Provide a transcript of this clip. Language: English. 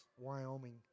Wyoming